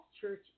church